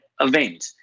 event